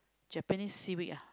Japanese seaweed ah